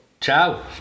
Ciao